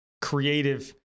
creative